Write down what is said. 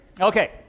Okay